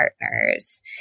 partners